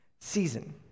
season